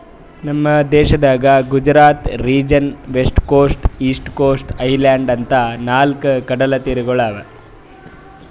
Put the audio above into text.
ನಮ್ ದೇಶದಾಗ್ Gujarat region, west coast, east coast, island ಅಂತಾ ನಾಲ್ಕ್ ಕಡಲತೀರಗೊಳ್ ಅವಾ